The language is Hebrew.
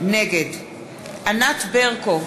נגד ענת ברקו,